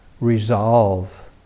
resolve